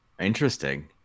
interesting